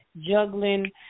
juggling